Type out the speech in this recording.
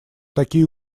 такие